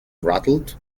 rattled